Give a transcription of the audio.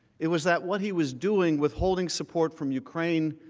it was that what he was doing, withholding support from ukraine,